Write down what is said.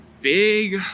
big